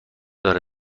داره